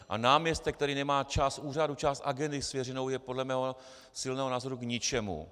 A náměstek, který nemá část úřadu, část agendy svěřenou, je podle mého silného názoru k ničemu.